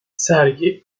sergi